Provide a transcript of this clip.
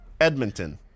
Edmonton